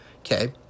Okay